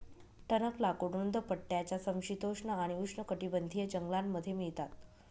टणक लाकूड रुंद पट्ट्याच्या समशीतोष्ण आणि उष्णकटिबंधीय जंगलांमध्ये मिळतात